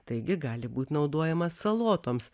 taigi gali būt naudojamas salotoms